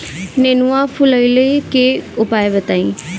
नेनुआ फुलईले के उपाय बताईं?